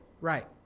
right